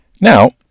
Now